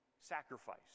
sacrifice